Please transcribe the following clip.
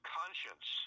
conscience